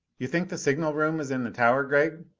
you think the signal room is in the tower, gregg?